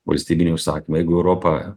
valstybiniai užsakymai jeigu europa